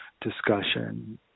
discussion